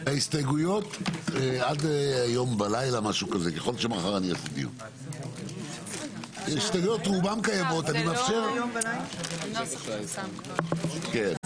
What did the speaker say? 14:00.